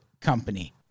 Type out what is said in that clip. company